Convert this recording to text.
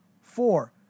Four